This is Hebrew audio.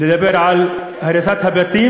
לדבר על הריסת הבתים,